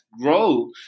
grow